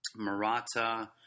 Marata